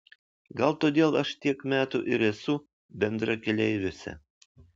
gal todėl aš tiek metų ir esu bendrakeleiviuose